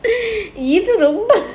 இது ரொம்ப:idhu romba